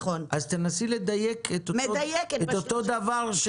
תנסי לדייק את הדבר,